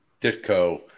Ditko